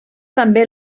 també